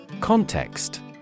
Context